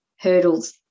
hurdles